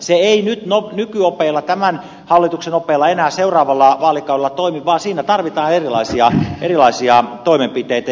se ei nykyopeilla tämän hallituksen opeilla enää seuraavalla vaalikaudella toimi vaan siinä tarvitaan erilaisia toimenpiteitä